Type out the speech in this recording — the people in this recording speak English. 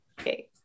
Okay